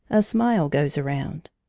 a smile goes around.